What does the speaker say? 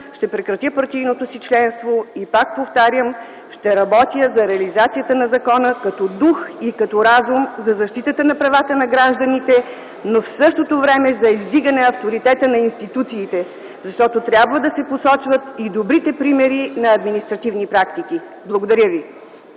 ще прекратя партийното си членство и пак повтарям – ще работя за реализацията на закона като дух и разум за защитата на правата на гражданите, но в същото време за издигане авторитета на институциите, защото трябва да се посочват и добрите примери на административни практики. Благодаря ви.